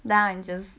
then I just